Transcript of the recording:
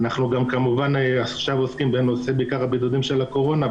אנחנו עוסקים עכשיו בעיקר בבידודים של הקורונה,